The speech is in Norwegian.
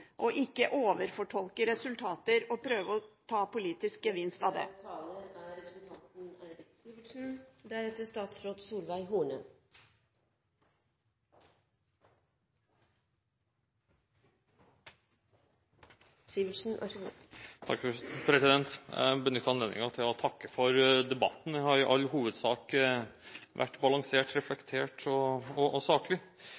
ikke overfortolke resultater og prøve å ta ut politisk gevinst på det. Jeg benytter anledningen til å takke for debatten. Den har i all hovedsak vært balansert, reflektert og saklig, men det som fikk meg til å